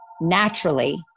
naturally